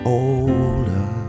older